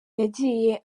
yagiye